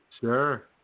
Sure